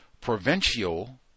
provincial